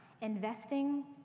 investing